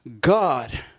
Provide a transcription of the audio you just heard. God